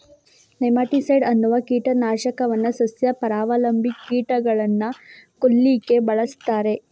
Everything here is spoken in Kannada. ನೆಮಾಟಿಸೈಡ್ ಅನ್ನುವ ಕೀಟ ನಾಶಕವನ್ನ ಸಸ್ಯ ಪರಾವಲಂಬಿ ಕೀಟಗಳನ್ನ ಕೊಲ್ಲಿಕ್ಕೆ ಬಳಸ್ತಾರೆ